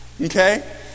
okay